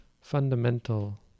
fundamental